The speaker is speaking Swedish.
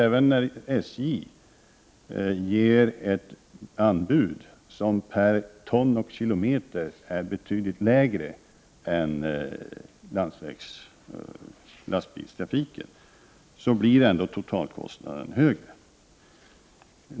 Även när SJ ger ett anbud som per ton och kilometer är betydligt lägre än vad som erbjuds vid lastbilstrafik, blir ändå totalkostnaden högre.